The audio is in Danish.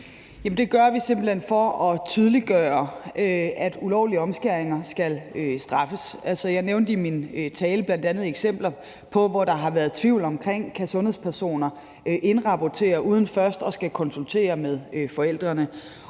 Det gør vi simpelt hen for at tydeliggøre, at ulovlige omskæringer skal straffes. Altså, jeg nævnte i min tale bl.a. eksempler, hvor der har været tvivl om: Kan sundhedspersoner indrapportere uden først at skulle konsultere forældrene?